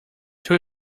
two